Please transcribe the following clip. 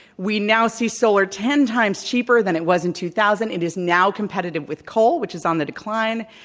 we now see solar ten times cheaper than it was in two thousand. it is now competitive with coal, which is on the decline.